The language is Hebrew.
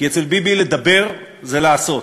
כי אצל ביבי, לדבּר זה לעשות.